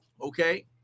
Okay